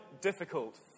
difficult